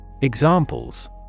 Examples